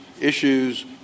issues